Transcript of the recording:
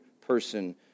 person